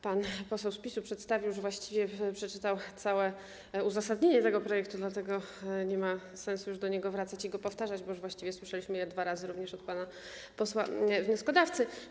Pan poseł z PiS już przedstawił, właściwie przeczytał, całe uzasadnienie tego projektu, dlatego nie ma sensu do niego wracać i je powtarzać, bo właściwie słyszeliśmy je dwa razy, również od pana posła wnioskodawcy.